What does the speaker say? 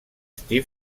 steve